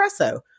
espresso